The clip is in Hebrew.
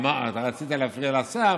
אתה רצית להפריע לשר,